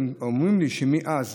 אומרים לי שמאז